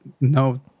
no